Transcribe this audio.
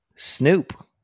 Snoop